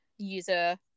user